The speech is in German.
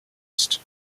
ist